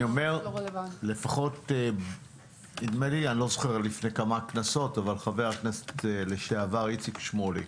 לפני כמה כנסות, ב-2018, חבר הכנסת איציק שמולי,